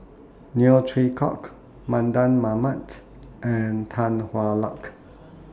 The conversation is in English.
Neo Chwee Kok Mardan Mamat and Tan Hwa Luck